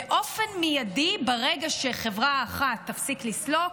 באופן מיידי, ברגע שחברה אחת תפסיק לסלוק,